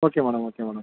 okay madam okay madam